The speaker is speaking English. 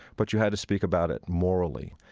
but you had to speak about it morally.